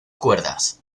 cuerdas